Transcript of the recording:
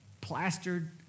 plastered